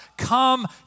Come